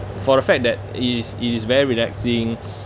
for the fact that it is it is very relaxing